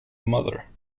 mother